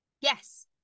Yes